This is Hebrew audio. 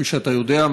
כפי שאתה יודע,